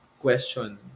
question